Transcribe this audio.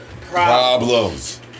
problems